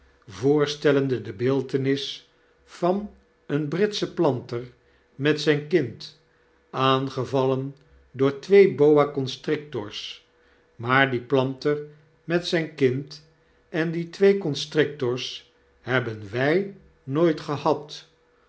voorstellende de beeltenis van een britschen planter met zyn kind aangevallen door twee boa constrictors maar die planter met zyn kind en die twee constrictors hebben w y nooit gehad